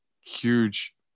huge